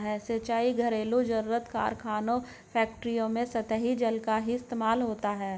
सिंचाई, घरेलु जरुरत, कारखानों और फैक्ट्रियों में सतही जल का ही इस्तेमाल होता है